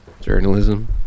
Journalism